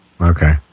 Okay